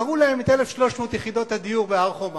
תראו להם את 1,300 יחידות הדיור בהר-חומה